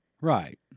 Right